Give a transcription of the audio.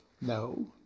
No